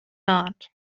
not